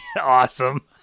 Awesome